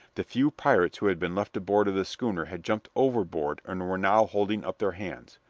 the few pirates who had been left aboard of the schooner had jumped overboard and were now holding up their hands.